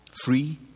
free